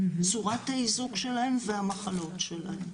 צורת האיזוק שלהם והמחלות שלהם.